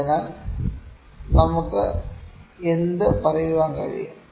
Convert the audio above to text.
അതിനാൽ നമുക്ക് എന്ത് പറയാൻ കഴിയും